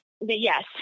Yes